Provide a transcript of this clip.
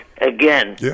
again